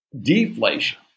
deflation